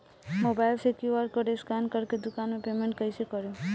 Mobile से QR code scan कर के दुकान मे पेमेंट कईसे करेम?